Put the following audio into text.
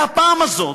והפעם הזאת,